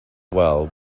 well